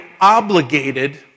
obligated